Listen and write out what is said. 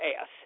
ass